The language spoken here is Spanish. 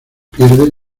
pierde